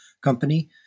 company